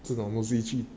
这种 mostly 去